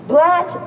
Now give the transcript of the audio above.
Black